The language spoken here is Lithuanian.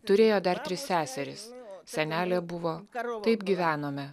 turėjo dar tris seseris senelė buvo taip gyvenome